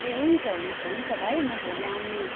ए हुन्छ हुन्छ हुन्छ भाइ म भोलि आउने